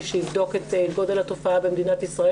שיבדוק את גודל התופעה במדינת ישראל,